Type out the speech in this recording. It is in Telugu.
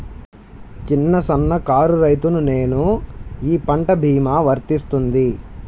చిన్న సన్న కారు రైతును నేను ఈ పంట భీమా వర్తిస్తుంది?